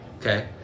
Okay